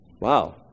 Wow